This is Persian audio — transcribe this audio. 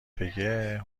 بگه